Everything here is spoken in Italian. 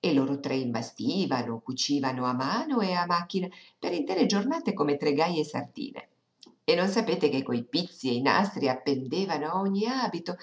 e loro tre imbastivano cucivano a mano e a macchina per intere giornate come tre gaje sartine e non sapete che coi pizzi e i nastri appendevano a ogni abito